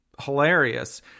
hilarious